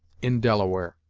in delaware.